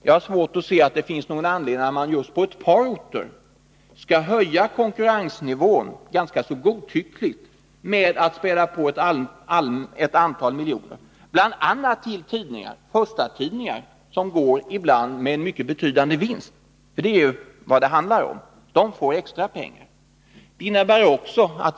Jag har svårt att se att det finns någon anledning att just på ett par orter höja konkurrensnivån godtyckligt genom att spä på med ett antal miljoner, bl.a. till förstatidningar, som ibland går med betydande vinst. Det är vad det handlar om, dvs. att dessa tidningar får extra pengar.